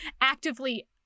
actively